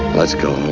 let's go.